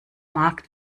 markt